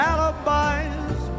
Alibis